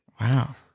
Wow